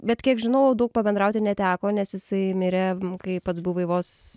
bet kiek žinau daug pabendrauti neteko nes jisai mirė kai pats buvai vos